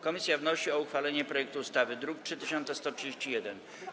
Komisja wnosi o uchwalenie projektu ustawy z druku nr 3131.